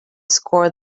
score